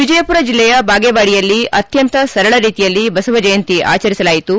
ವಿಜಯಪುರ ಜಿಲ್ಲೆಯ ಬಾಗೇವಾಡಿಯಲ್ಲಿ ಅತ್ಯಂತ ಸರಳ ರೀತಿಯಲ್ಲಿ ಬಸವ ಜಯಂತಿ ಆಚರಿಸಲಾಯಿತು